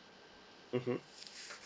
mmhmm